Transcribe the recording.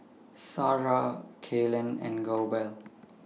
Sarrah Kaylen and Goebel